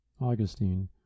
Augustine